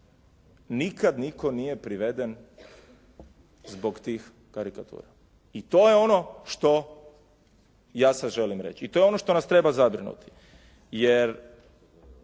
nikad nitko nije priveden zbog tih karikatura. I to je ono što ja sad želim reći i to je ono što nas treba zabrinuti, jer